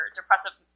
depressive